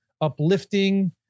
uplifting